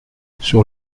sur